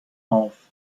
auf